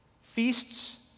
feasts